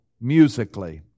Musically